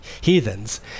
heathens